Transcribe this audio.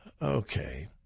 Okay